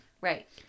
Right